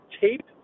tape